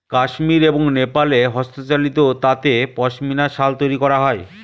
কাশ্মির এবং নেপালে হস্তচালিত তাঁতে পশমিনা শাল তৈরী করা হয়